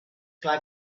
clar